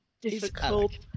difficult